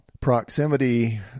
proximity